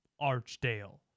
Archdale